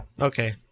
Okay